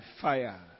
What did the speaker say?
fire